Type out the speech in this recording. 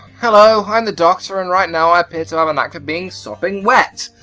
hello, i'm the doctor, and right now i appear to have a knack for being sopping wet.